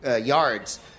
yards